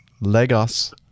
Lagos